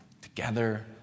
Together